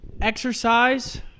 Exercise